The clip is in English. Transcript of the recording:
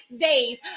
days